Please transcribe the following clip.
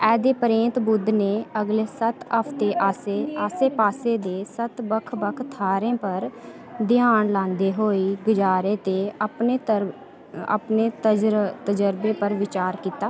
ऐह्दे परैंत्त बुद्ध ने अगले सत्त हफ्ते आसे आसे पासे दे सत्त बक्ख बक्ख थाह्रें पर ध्यान लांदे होई गजारे ते अपने तर तजरबे पर विचार कीता